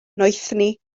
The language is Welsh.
noethni